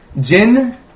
Jin